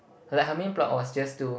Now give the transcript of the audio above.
like her main plot was just to